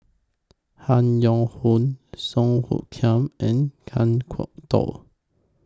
Han Yong Hong Song Hoot Kiam and Kan Kwok Toh